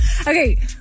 Okay